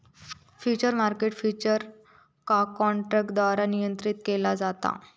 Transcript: futures market futures का काँट्रॅकद्वारे नियंत्रीत केला जाता